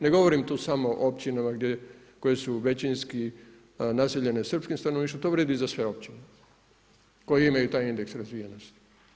Ne govorim tu samo o općinama koje su većinski, naseljene srpskim stanovništvom, to vrijedi za sve općine koje imaju taj indeks razvijenosti.